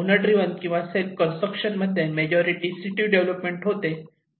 owner driven किंवा self construction मध्ये majority situ development होते